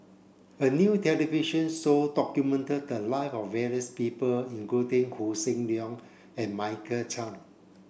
a new television show documented the live of various people including Hossan Leong and Michael Chiang